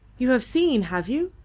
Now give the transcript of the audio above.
you have seen. have you?